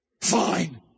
Fine